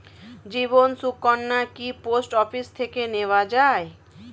জীবন সুকন্যা কি post office থেকে নেওয়া যায়?